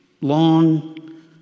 long